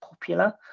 popular